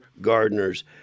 gardeners